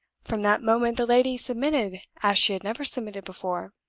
from that moment the lady submitted as she had never submitted before.